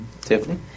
Tiffany